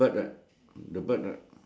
north north beach right